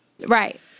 Right